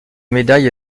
médaille